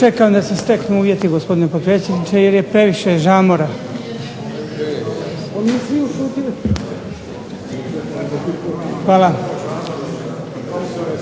Čekam da se steknu uvjeti jer je previše žamora. Hvala.